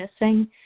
missing